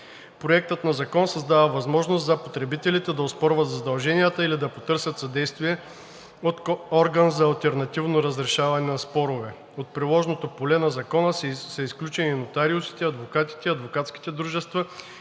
Проектът на закон създава възможност за потребителите да оспорват задължението или да потърсят съдействие от орган за алтернативно разрешаване на спорове. От приложното поле на Закона са изключени нотариусите, адвокатите, адвокатските дружества и